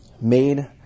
made